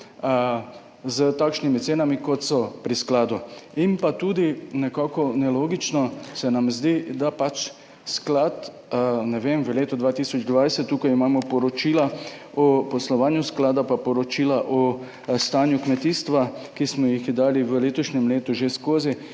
s takšnimi cenami, kot so pri skladu. Nekako nelogično se nam tudi zdi, da pač sklad, ne vem, v letu 2020, tukaj imamo poročila o poslovanju sklada in poročila o stanju kmetijstva, ki smo jih v letošnjem letu že dali